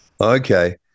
Okay